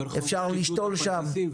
אפשר לשתול שם.